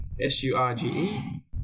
S-U-R-G-E